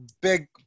big